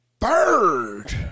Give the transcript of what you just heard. bird